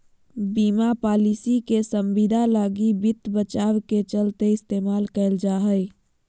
बीमा पालिसी के संविदा लगी वित्त बचाव के चलते इस्तेमाल कईल जा हइ